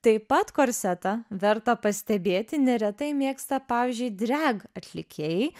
taip pat korsetą verta pastebėti neretai mėgsta pavyzdžiui dreg atlikėjai